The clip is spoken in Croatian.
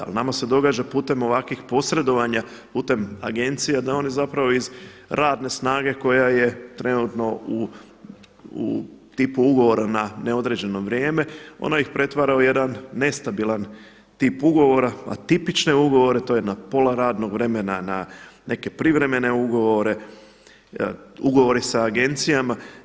Jel nama se događa putem ovakvih posredovanja, putem agencija da oni iz radne snage koja je trenutno u tipu ugovora na neodređeno vrijeme. ono ih pretvara u jedan nestabilan tip ugovora, a tipične ugovore to je na pola radnog vremena, na neke privremene ugovore, ugovore sa agencijama.